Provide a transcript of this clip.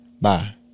Bye